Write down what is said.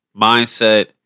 mindset